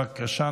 בבקשה,